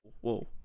Whoa